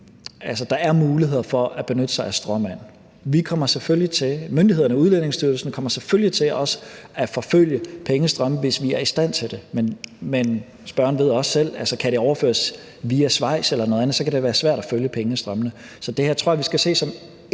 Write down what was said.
der er muligheder for at benytte sig af stråmænd. Myndighederne, Udlændingestyrelsen, kommer selvfølgelig til også at forfølge pengestrømmene, hvis de er i stand til det, men spørgeren ved også selv, at hvis pengene kan overføres via Schweiz eller noget andet, så kan det være svært at følge pengestrømmene. Så jeg tror, at vi skal se det